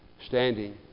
standing